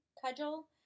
cudgel